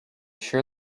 sure